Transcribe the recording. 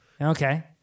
Okay